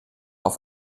auf